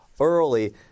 early